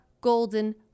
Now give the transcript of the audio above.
golden